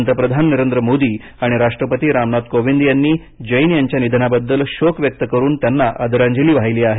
पंतप्रधान नरेंद्र मोदी आणि राष्ट्रपती रामनाथ कोविंद यांनी जैन यांच्या निधनाबद्दल शोक व्यक्त करून आदरांजली वाहिली आहे